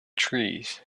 trees